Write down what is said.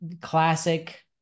classic